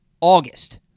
August